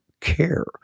care